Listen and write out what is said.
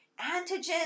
antigen